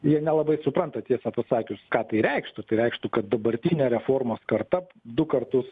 jie nelabai supranta tiesą pasakius ką tai reikštų tai reikštų kad dabartinė reformos korta du kartus